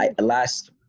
Last